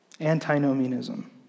antinomianism